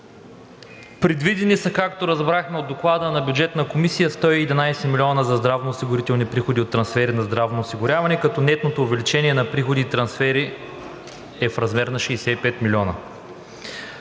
Предвидени са, както разбрахме от Доклада на Бюджетната комисия, 111 милиона за здравноосигурителни приходи от трансфери на здравното осигуряване, като нетното увеличение на приходите от трансфери е в размер на 65 милиона.